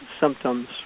symptoms